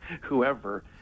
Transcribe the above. whoever